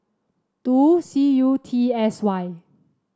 two C U T S Y